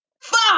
Fuck